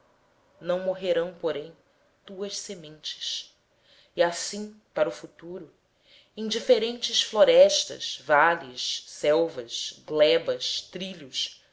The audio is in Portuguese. não morrerão porém tuas sementes e assim para o futuro em diferentes florestas vales selvas glebas trilhos